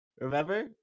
Remember